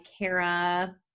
Kara